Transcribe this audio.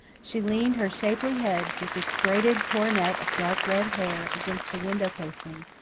she leaned her shapely head, with its braided coronet of dark red hair, against the window-casing,